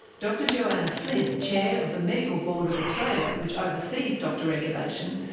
dr joanna flynn, chair of the medical board of australia, which oversees doctor regulation,